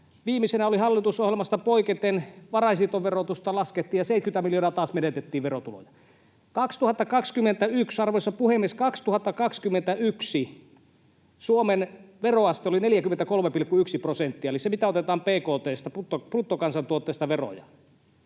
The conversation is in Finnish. Viimeisenä hallitusohjelmasta poiketen varainsiirtoverotusta laskettiin, ja 70 miljoonaa menetettiin taas verotuloja. Arvoisa puhemies! 2021 Suomen veroaste oli 43,1 prosenttia, eli se, mitä otetaan bkt:stä, bruttokansantuotteesta, veroja.